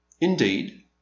Indeed